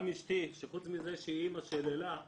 אשתי, שחוץ מזה שהיא אמא של אלה,